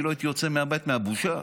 אני לא הייתי יוצא מהבית מהבושה.